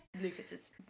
Lucas's